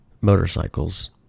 motorcycles